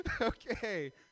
okay